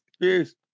Peace